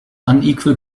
unequal